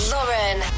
Lauren